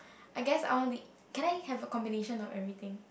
I guess I want to can I have a combination of everything